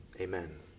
Amen